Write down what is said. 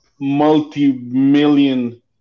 multi-million